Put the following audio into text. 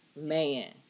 man